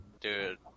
Dude